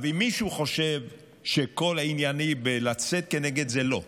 אם מישהו חושב שכל ענייני לצאת כנגד זה, לא,